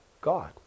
God